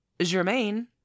Germain